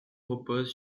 repose